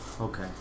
Okay